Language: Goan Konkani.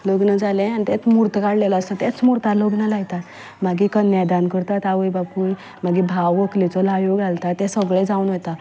लग्न जालें आनी तेच म्हूर्त काडलेलो आसा त्याच म्हुर्तार लग्न लायता मागीर कन्यादान करता आवय बापूय मागीर भाव व्हंकलेचो ल्हायो घालता ते सगलें जावन वता